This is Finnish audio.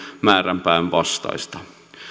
määränpään vastaista